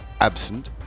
absent